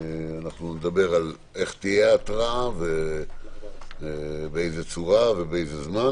נדבר על איך תהיה ההתראה, באיזה צורה ובאיזה זמן